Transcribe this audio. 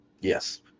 yes